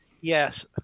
yes